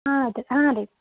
ಆಯ್ತು ಹಾಂ ರೀ